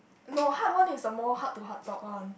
no hard one is a more heart to heart talk [one]